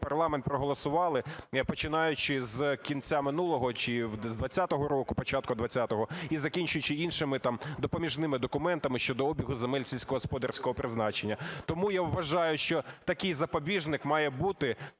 парламент проголосували, починаючи з кінця минулого чи з 20-го року, початку 20-го, і закінчуючи іншими там допоміжними документами щодо обігу земель сільськогосподарського призначення. Тому я вважаю, що такий запобіжник має бути